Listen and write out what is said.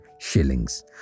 Shillings